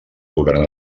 govern